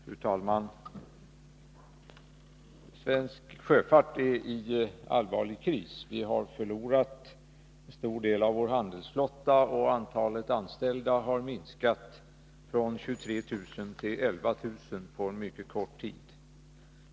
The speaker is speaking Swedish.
Fru talman! Svensk sjöfart är i allvarlig kris. Vi har förlorat en stor del av vår handelsflotta, och antalet anställda har minskat från 23 000 till 11 000 på en mycket kort tid.